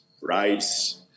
rice